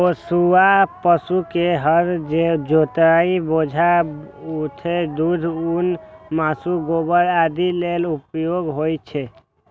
पोसुआ पशु के हर जोतय, बोझा उघै, दूध, ऊन, मासु, गोबर आदि लेल उपयोग होइ छै